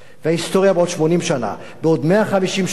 ההיסטוריה בעוד 80 שנה, בעוד 150 שנה,